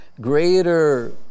greater